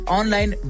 online